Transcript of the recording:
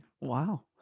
wow